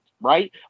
Right